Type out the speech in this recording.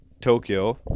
Tokyo